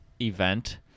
event